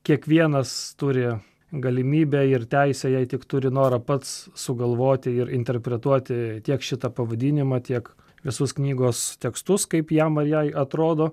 kiekvienas turi galimybę ir teisę jei tik turi noro pats sugalvoti ir interpretuoti tiek šitą pavadinimą tiek visus knygos tekstus kaip jam ar jai atrodo